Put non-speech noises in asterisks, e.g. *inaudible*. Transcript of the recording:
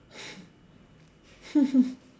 *breath*